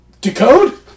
Decode